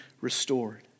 restored